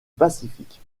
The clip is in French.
pacifique